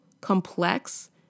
complex